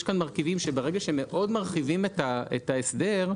יש כאן מרכיבים שברגע שמאוד מרחיבים את ההסדר,